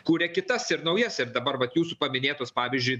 kuria kitas ir naujas ir dabar vat jūsų paminėtos pavyzdžiui